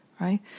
right